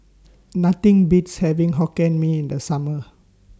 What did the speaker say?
Nothing Beats having Hokkien Mee in The Summer